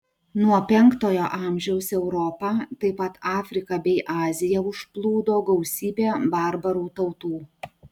nuo penktojo amžiaus europą taip pat afriką bei aziją užplūdo gausybė barbarų tautų